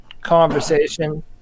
conversation